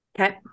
Okay